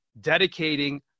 dedicating